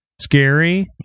Scary